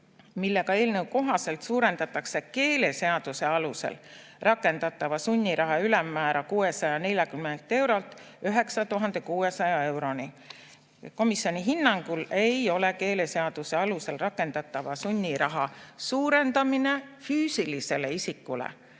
millega eelnõu kohaselt suurendatakse keeleseaduse alusel rakendatava sunniraha ülemmäära 640 eurolt 9600 euroni. Komisjoni hinnangul ei ole keeleseaduse alusel rakendatava sunniraha suurendamine füüsilisele isikule